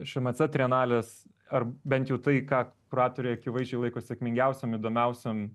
šiuo šmc trienalės ar bent jau tai ką kuratoriai akivaizdžiai laiko sėkmingiausiom įdomiausiom